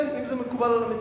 כן, אם זה מקובל על המציעים.